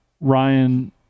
Ryan